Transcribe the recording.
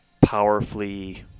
powerfully